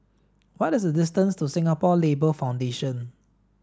what is the distance to Singapore Labour Foundation